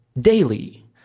daily